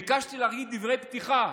ביקשתי להגיד דברי פתיחה.